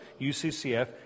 UCCF